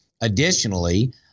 Additionally